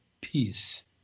peace